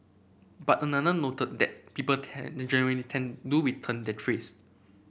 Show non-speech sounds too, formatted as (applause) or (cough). but another noted that people tend (unintelligible) tend do return their trays